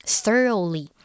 thoroughly